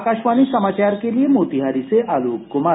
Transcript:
आकाशवाणी समाचार के लिए मोतिहारी से आलोक कुमार